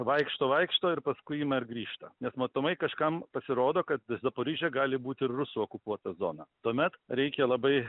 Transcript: vaikšto vaikšto ir paskui ima ir grįžta nes matomai kažkam pasirodo kad zaporižė gali būt ir rusų okupuota zona tuomet reikia labai